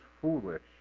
foolish